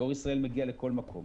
דואר ישראל מגיע לכל מקום